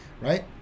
right